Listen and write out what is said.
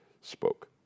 spoke